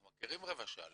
אנחנו מכירים רבע שעה.